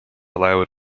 loud